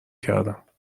کردم